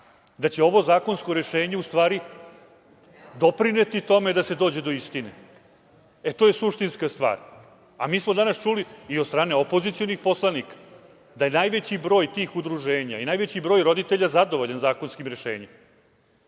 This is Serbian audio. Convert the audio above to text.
da će ovo zakonsko rešenje u stvari doprineti tome da se dođe do istine. To je suštinska stvar, a mi smo danas čuli i od strane opozicionih poslanika da je najveći broj tih udruženja i najveći broj roditelja zadovoljan zakonskim rešenjem.